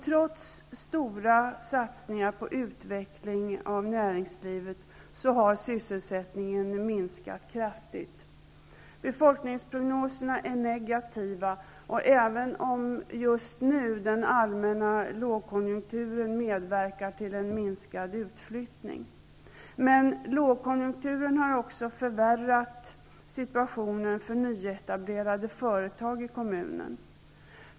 Trots stora satsningar på utveckling av näringslivet har sysselsättningen minskat kraftigt. Befolkningsprognoserna är negativa, även om den allmänna lågkonjunkturen just nu medverkar till en minskad utflyttning. Men lågkonjunkturen har också förvärrat situationen för nyetablerade företag i kommunen.